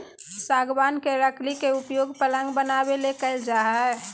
सागवान के लकड़ी के उपयोग पलंग बनाबे ले कईल जा हइ